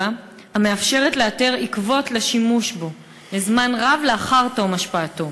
המאפשרת לאתר עקבות לשימוש בו זמן רב לאחר תום השפעתו.